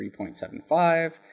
3.75